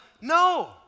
no